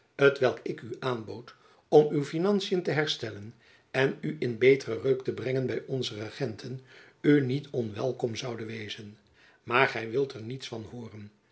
t welk ik u aanbood om uw finantiën te herstellen en u in betere reuk te brengen by onze regenten u niet onwelkom zoude wezen maar gy wilt er niet van hooren